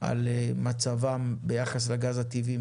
על מצבם ביחס לגז הטבעי,